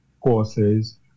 courses